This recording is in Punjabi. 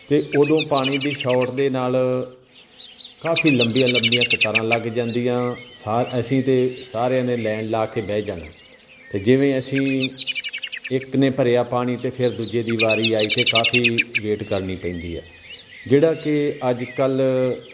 ਅਤੇ ਉਦੋਂ ਪਾਣੀ ਦੀ ਸ਼ੌਰਟ ਦੇ ਨਾਲ ਕਾਫੀ ਲੰਬੀਆਂ ਲੰਬੀਆਂ ਕਤਾਰਾਂ ਲੱਗ ਜਾਂਦੀਆਂ ਸਾਹ ਅਸੀਂ ਤਾਂ ਸਾਰਿਆਂ ਨੇ ਲਾਈਨ ਲਗਾ ਕੇ ਬਹਿ ਜਾਣਾ ਅਤੇ ਜਿਵੇਂ ਅਸੀਂ ਇੱਕ ਨੇ ਭਰਿਆ ਪਾਣੀ ਅਤੇ ਫਿਰ ਦੂਜੇ ਦੀ ਵਾਰੀ ਆਈ ਅਤੇ ਕਾਫੀ ਵੇਟ ਕਰਨੀ ਪੈਂਦੀ ਆ ਜਿਹੜਾ ਕਿ ਅੱਜ ਕੱਲ੍ਹ